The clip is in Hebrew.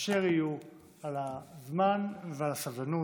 באשר יהיו על הזמן ועל הסבלנות.